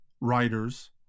writers